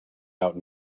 out